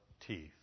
teeth